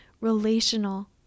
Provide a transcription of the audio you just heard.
relational